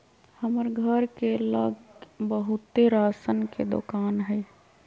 हमर घर के लग बहुते राशन के दोकान हई